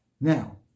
Now